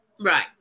right